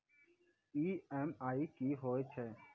EMI कि होय छै?